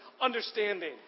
understanding